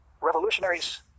revolutionaries